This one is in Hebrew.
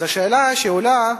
אז השאלה שעולה היא: